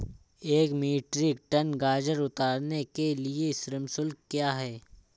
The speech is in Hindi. एक मीट्रिक टन गाजर उतारने के लिए श्रम शुल्क क्या है?